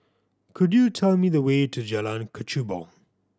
could you tell me the way to Jalan Kechubong